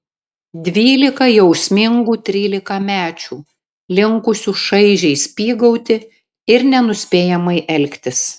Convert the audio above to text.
dvylika jausmingų trylikamečių linkusių šaižiai spygauti ir nenuspėjamai elgtis